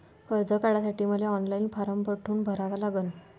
कर्ज काढासाठी मले ऑनलाईन फारम कोठून भरावा लागन?